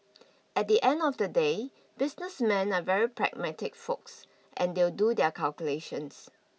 at the end of the day business men are very pragmatic folks and they'll do their calculations